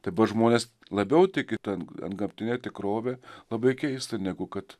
dabar žmonės labiau tiki ten antgamtine tikrove labai keista negu kad